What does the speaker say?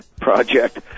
project